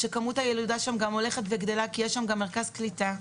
שכמות הילודה שם גם הולכת וגדלה כי יש שם גם מרכז קליטה,